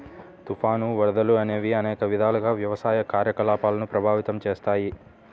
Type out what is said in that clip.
తుఫాను, వరదలు అనేవి అనేక విధాలుగా వ్యవసాయ కార్యకలాపాలను ప్రభావితం చేస్తాయి